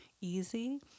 easy